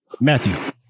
Matthew